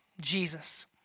Jesus